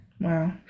Wow